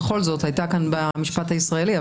הייתה כאן במשפט הישראלי,